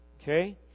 Okay